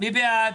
מי בעד?